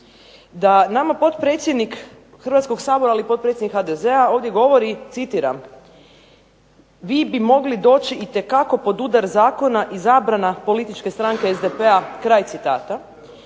da nama potpredsjednik Hrvatskoga sabora ali i potpredsjednik HDZ-a ovdje govori, citiram: "vi bi mogli doći itekako pod udar zakona i zabrana političke stranke SDP-a", da u